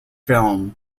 film